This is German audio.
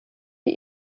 die